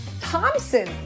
Thompson